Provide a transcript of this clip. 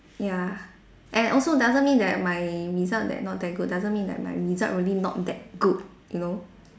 ya and also doesn't mean that my result that not that good doesn't mean that my result really not that good you know